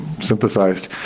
synthesized